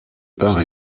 part